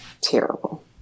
Terrible